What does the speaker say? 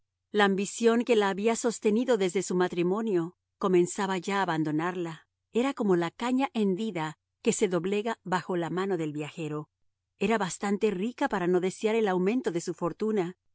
la ambición que la había sostenido desde su matrimonio comenzaba ya a abandonarla era como la caña hendida que se doblega bajo la mano del viajero era bastante rica para no desear el aumento de su fortuna